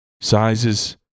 Sizes